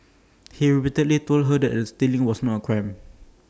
he repeatedly told her that stealing was not A crime